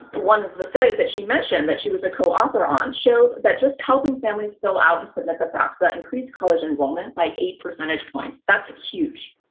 one of the studies that she mentioned, that she was a coauthor on, showed that just helping families fill out and submit the fafsa increased college enrollment by eight percentage points. that's huge.